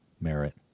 merit